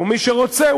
מי שרוצה,